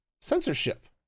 censorship